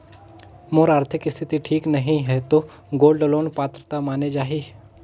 मोर आरथिक स्थिति ठीक नहीं है तो गोल्ड लोन पात्रता माने जाहि?